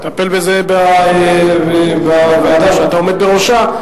תטפל בזה בוועדה שאתה עומד בראשה.